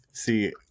See